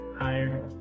higher